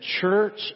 church